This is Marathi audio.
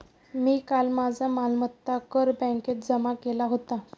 मी काल माझा मालमत्ता कर बँकेत जमा केला होता